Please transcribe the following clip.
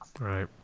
right